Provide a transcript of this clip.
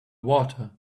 water